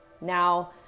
Now